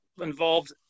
involved